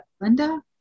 Linda